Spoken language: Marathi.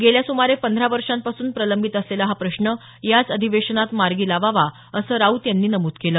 गेल्या सुमारे पंधरा वर्षांपासून प्रलंबित असलेला हा प्रशुन याच अधिवेशनात मार्गी लावावा असं राऊत यांनी नमूद केलं